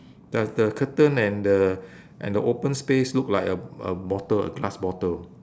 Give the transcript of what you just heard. the the curtain and the and the open space look like a a bottle a glass bottle